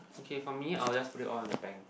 okay for me I will just put it all in the bank